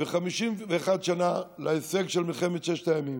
ו-51 שנה להישג של מלחמת ששת הימים,